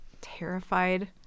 terrified